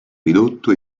ridotto